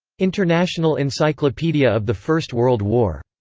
international encyclopedia of the first world war.